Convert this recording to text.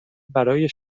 برای